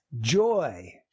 joy